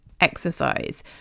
exercise